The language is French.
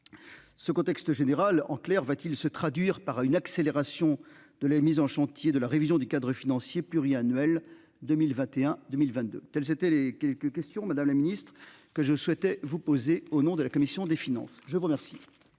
Ce contexte général, en clair va-t-il se traduire par une accélération de la mise en chantier de la révision du cadre financier pluriannuel 2021 2022. Tels étaient les quelques questions Madame la Ministre que je souhaitais vous posez au nom de la commission des finances, je vous remercie.